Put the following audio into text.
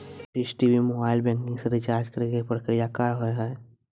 Dish TV mobile banking से recharge करे के प्रक्रिया का हाव हई?